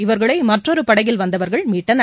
இவர்களை மற்றொரு படகில் வந்தவர்கள் மீட்டனர்